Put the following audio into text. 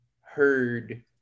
heard